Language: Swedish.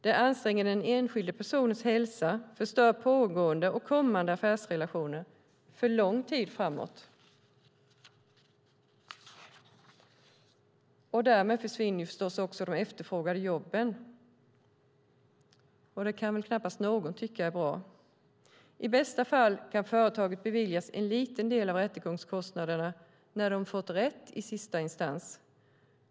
Det anstränger den enskilde personens hälsa, och det förstör pågående och kommande affärsrelationer för lång tid framåt. Därmed försvinner naturligtvis de efterfrågade jobben. Det kan väl ingen tycka är bra. I bästa fall kan företaget beviljas en liten del av rättegångskostnaderna när de fått rätt i sista instans.